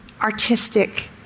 artistic